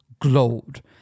glowed